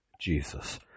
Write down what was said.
Jesus